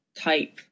type